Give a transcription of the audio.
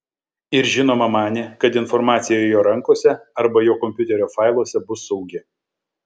ir žinoma manė kad informacija jo rankose arba jo kompiuterio failuose bus saugi